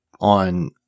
on